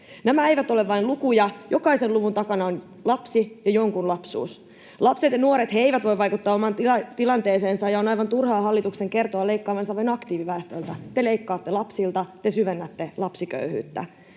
Nämä eivät ole vain lukuja — jokaisen luvun takana on lapsi ja jonkun lapsuus. Lapset ja nuoret eivät voi vaikuttaa omaan tilanteeseensa, ja on aivan turhaa hallituksen kertoa leikkaavansa vain aktiiviväestöltä. Te leikkaatte lapsilta, te syvennätte lapsiköyhyyttä.